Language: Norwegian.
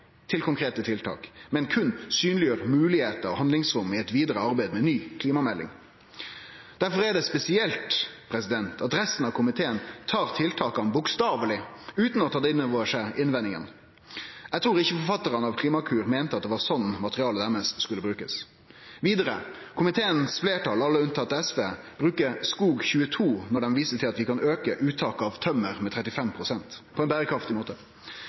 til konkrete tiltak, men berre synleggjer moglegheiter og handlingsrom i eit vidare arbeid med ny klimamelding. Difor er det spesielt at resten av komiteen tar tiltaka bokstaveleg, utan å ha tatt inn over seg innvendingane. Eg trur ikkje forfattarane av Klimakur meinte at det var slik materialet deira skulle brukast. Vidare: Fleirtalet i komiteen, alle med unntak av SV, bruker SKOG22 når dei viser til at vi kan auke uttaket av tømmer med 35 pst. på ein berekraftig måte.